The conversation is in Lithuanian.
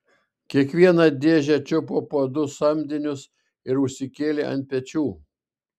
kiekvieną dėžę čiupo po du samdinius ir užsikėlė ant pečių